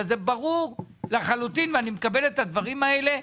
אבל זה ברור לחלוטין ואני מקבל את הדברים האלה.